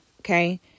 Okay